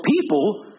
people